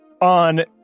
On